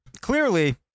clearly